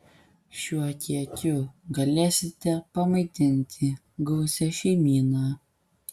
šiuo kiekiu galėsite pamaitinti gausią šeimyną